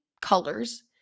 colors